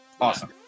Awesome